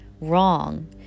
wrong